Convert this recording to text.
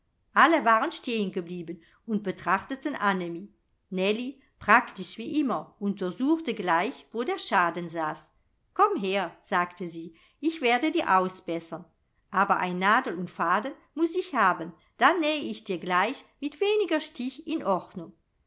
alle waren stehen geblieben und betrachteten annemie nellie praktisch wie immer untersuchte gleich wo der schaden saß komm her sagte sie ich werde dir ausbessern aber ein nadel und faden muß ich haben dann nähe ich dir gleich mit weniger stich in ordnung